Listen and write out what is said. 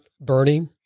Bernie